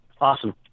Awesome